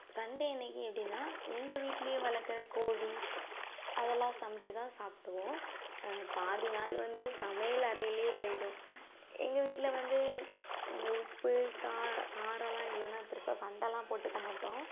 Sunday அன்றைக்கி எப்படின்னா எங்கள் வீட்லேயே வளர்க்கற கோழி அதெல்லாம் சமைச்சி தான் சாப்பிடுவோம் பாதி நாள் வந்து சமையல் அறையிலே போய்விடும் எங்கள் வீட்டில் வந்து இந்த உப்பு கா காரம்லாம் இல்லைன்னா பெருசாக சண்டைல்லாம் போட்டுக்க மாட்டோம்